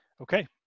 okay